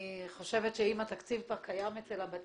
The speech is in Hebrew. אני חושבת שאם התקציב כבר קיים אצל המשרד